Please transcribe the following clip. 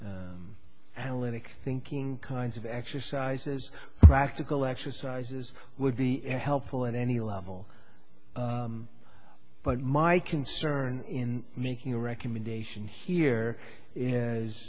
analytic thinking kinds of exercises practical exercises would be helpful at any level but my concern in making a recommendation here is